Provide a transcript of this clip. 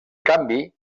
canvi